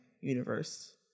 universe